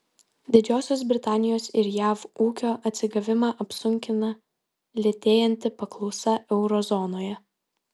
didžiosios britanijos ir jav ūkio atsigavimą apsunkina lėtėjanti paklausa euro zonoje